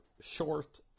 short